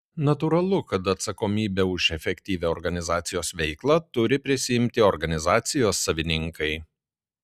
natūralu kad atsakomybę už efektyvią organizacijos veiklą turi prisiimti organizacijos savininkai